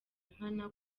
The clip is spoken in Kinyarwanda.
nkana